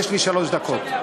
יש לי שלוש דקות.